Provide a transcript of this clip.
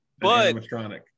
animatronic